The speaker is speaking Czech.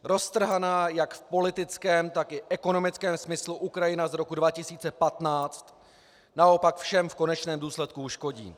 Roztrhaná jak v politickém, tak i ekonomickém smyslu Ukrajina z roku 2015 naopak všem v konečném důsledku uškodí.